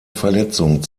verletzung